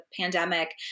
pandemic